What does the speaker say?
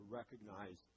recognize